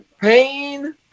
pain